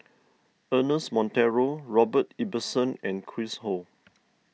Ernest Monteiro Robert Ibbetson and Chris Ho